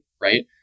right